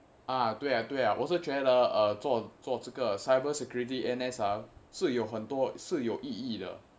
啊对啊对啊我是觉得呃做做这个:a dui a dui a wo shi jue de eai zuo zuo zhe ge cyber security N_S ah 是有很多是有意义的